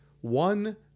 One